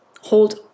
hold